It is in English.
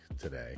today